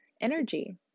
energy